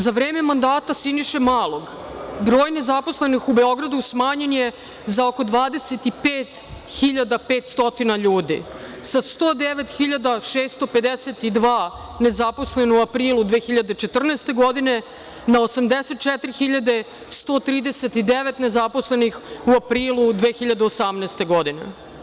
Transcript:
Za vreme mandata Siniše Malog, broj nezaposlenih u Beogradu smanjen je za oko 25.500 ljudi, sa 109.652 nezaposlena u aprilu 2014. godine, na 84.139 nezaposlenih u aprilu 2018. godine.